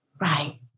Right